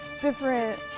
different